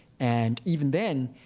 and even then,